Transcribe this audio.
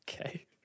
okay